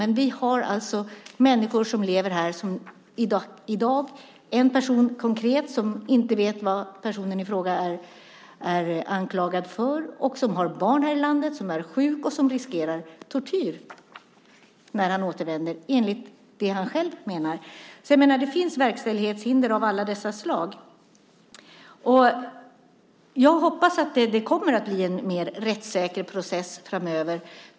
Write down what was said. Men det finns alltså människor som lever här i dag. Det finns en konkret person som inte vet vad personen i fråga är anklagad för, som har barn här i landet, som är sjuk och som riskerar tortyr när han återvänder, enligt det han själv menar. Jag menar att det finns verkställighetshinder av alla dessa slag. Jag hoppas att det kommer att bli en mer rättssäker process framöver.